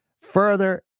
further